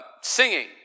singing